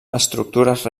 estructures